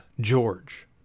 George